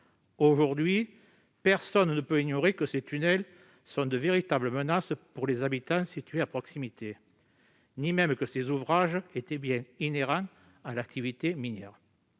Aujourd'hui, personne ne peut ignorer que ces tunnels sont de véritables menaces pour les habitants vivant à proximité, ni que ces ouvrages étaient bel et bien inhérents à l'activité minière.